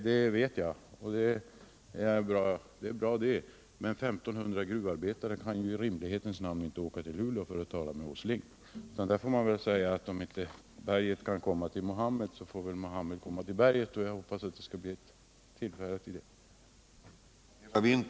Det vet jag, och det är bra. Men 1 500 gruvarbetare kan ju i rimlighetens namn inte åka till Luleå för att tala med herr Åsling. Här får man väl säga att om inte berget kan komma till Muhammed, så får Muhammed komma till berget; och jag hoppas att det skall bli tillfälle till det.